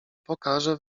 pokażę